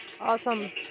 Awesome